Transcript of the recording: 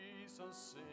Jesus